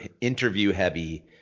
interview-heavy